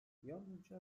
yalnızca